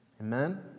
Amen